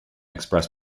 express